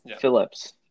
Phillips